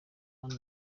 ane